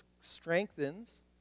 strengthens